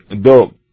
dog